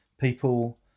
people